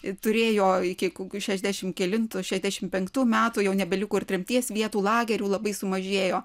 turėjo iki kokių šešiasdešimt kelintų šešiasdešimt penktų metų jau nebeliko ir tremties vietų lagerių labai sumažėjo